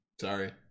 Sorry